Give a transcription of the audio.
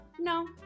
No